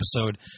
episode